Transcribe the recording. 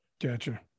gotcha